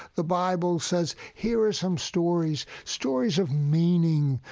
the bible says, here are some stories, stories of meaning,